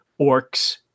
orcs